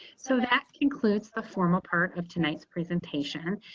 so that concludes the formal part of tonight's presentation.